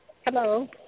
Hello